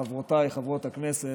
חברותיי חברות הכנסת,